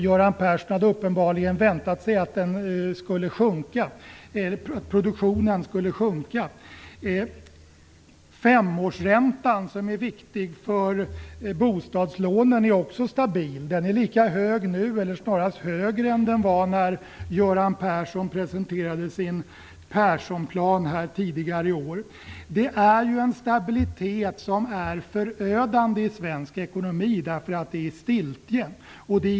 Göran Persson hade uppenbarligen väntat sig att produktionen skulle sjunka. Femårsräntan, som är viktig för bostadslånen, är också stabil. Den är lika hög nu eller snarare högre än när Göran Persson presenterade sin Perssonplan tidigare i år. Det är en stabilitet i svensk ekonomi som är förödande. Det är stiltje.